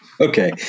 Okay